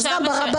אז גם ברבנים.